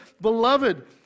Beloved